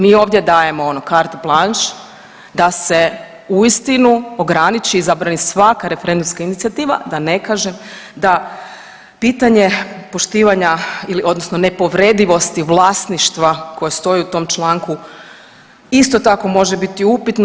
Mi ovdje dajemo ono carte blanche da se uistinu ograniči i zabrani svaka referendumska inicijativa da ne kažem da pitanje poštivanja odnosno nepovredljivosti vlasništva koje stoji u tom članku isto tako može biti upitno.